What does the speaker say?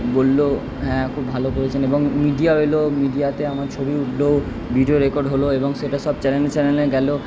বললো হ্যাঁ খুব ভালো করেছেন এবং মিডিয়াও এলো মিডিয়াতে আমার ছবি উঠলো ভিডিও রেকর্ড হলো এবং সেটা সব চ্যানেলে চ্যানেলে গেল